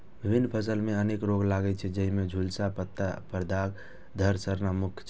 विभिन्न फसल मे अनेक रोग लागै छै, जाहि मे झुलसा, पत्ता पर दाग, धड़ सड़न मुख्य छै